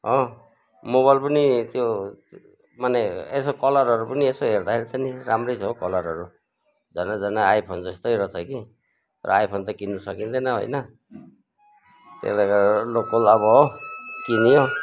हो मोबाइल पनि त्यो माने यसो कलरहरू पनि यसो हेर्दाखेरि चाहिँ नि राम्रै छ हौ कलरहरू झन्डै झन्डै आइफोन जस्तै रहेछ कि तर आइफोन त किन्नु सकिँदैन होइन त्यसले गर्दा लोकल अब हो किन्यो